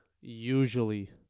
usually